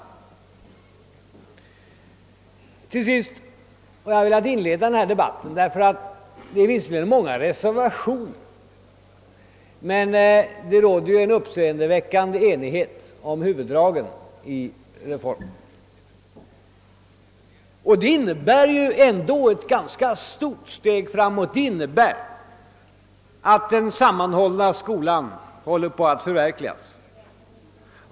Trots de många reservationerna råder det en uppseendeväckande enighet om huvuddragen i reformen. Detta innebär ett ganska stort steg framåt. Det innebär att den sammanhållna skolan håller på att förverkligas.